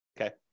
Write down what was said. okay